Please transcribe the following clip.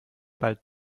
bald